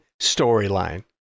storyline